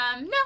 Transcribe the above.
No